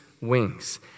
wings